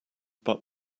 but